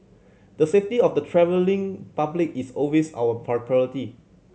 the safety of the travelling public is always our priority